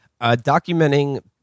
documenting